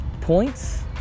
points